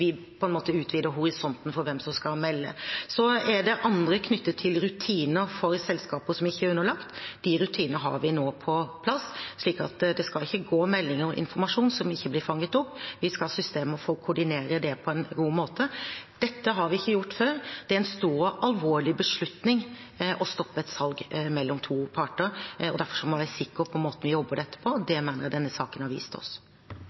knyttet til rutiner for selskaper som ikke er underlagt loven. De rutinene har vi nå på plass, slik at det ikke skal gå meldinger og informasjon som ikke blir fanget opp. Vi skal ha systemer for å koordinere det på en god måte. Dette har vi ikke gjort før. Det er en stor og alvorlig beslutning å stoppe et salg mellom to parter. Derfor må vi være sikre på måten vi jobber med dette på, og det mener jeg denne saken har vist oss.